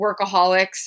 workaholics